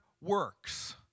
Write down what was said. works